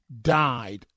died